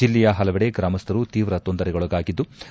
ಜಿಲ್ಲೆಯ ಹಲವೆಡೆ ಗ್ರಾಮಸ್ಗರು ತೀವ್ರ ತೊಂದರೆಗೊಳಗಾಗಿದ್ಲು